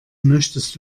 möchtest